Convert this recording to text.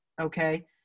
Okay